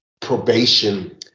probation